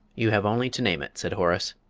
you have only to name it, said horace.